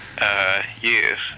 yes